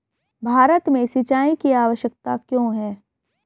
भारत में सिंचाई की आवश्यकता क्यों है?